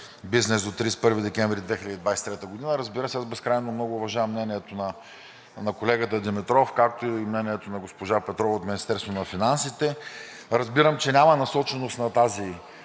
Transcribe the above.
бизнес до 31 декември 2023 г. Разбира се, безкрайно много уважавам мнението на колегата Димитров, както и мнението на госпожа Петрова от Министерството на финансите. Разбирам, че няма насоченост на тази